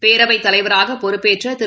பேரவைத் தலைவராகபொறுப்பேற்றதிரு